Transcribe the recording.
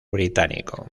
británico